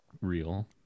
real